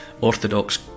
orthodox